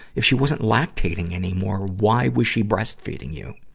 if she wasn't lactating anymore, why was she breastfeeding you?